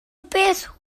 beth